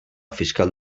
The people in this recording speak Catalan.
fiscal